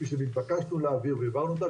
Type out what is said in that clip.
כפי שנתבקשנו להבהיר והבהרנו אותה,